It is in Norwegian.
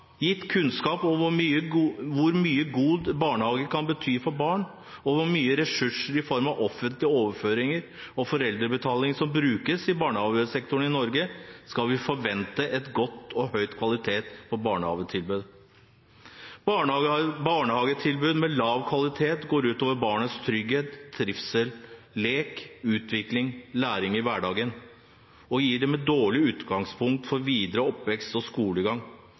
Gitt kunnskap om hvor mye en god barnehage kan bety for barn, og hvor mye ressurser i form av offentlige overføringer og foreldrebetaling som brukes i barnehagesektoren i Norge, skal vi forvente en god og høy kvalitet på barnehagetilbudet. Barnehagetilbud med lav kvalitet går ut over barnets trygghet, trivsel, lek, utvikling og læring i hverdagen og gir dem et dårlig utgangspunkt for videre oppvekst og skolegang.